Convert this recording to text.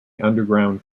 underground